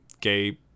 gay